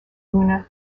luna